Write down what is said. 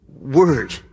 word